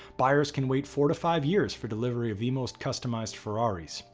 buyers can wait four to five years for delivery of most customized ferraris.